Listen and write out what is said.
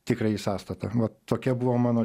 tikrąjį sąstatą vat tokia buvo mano